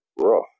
rough